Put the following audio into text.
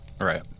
Right